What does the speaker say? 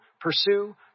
pursue